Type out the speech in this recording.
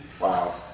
Wow